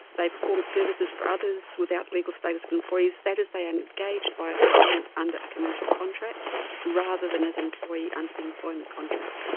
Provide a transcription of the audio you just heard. they perform services for others without legal status of employees, that is they are engaged by a client under a commercial contract rather than as an employee under the employment contract.